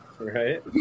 right